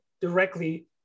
directly